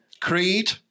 Creed